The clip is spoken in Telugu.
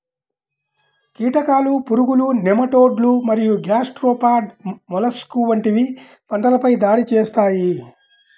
కీటకాలు, పురుగులు, నెమటోడ్లు మరియు గ్యాస్ట్రోపాడ్ మొలస్క్లు వంటివి పంటలపై దాడి చేస్తాయి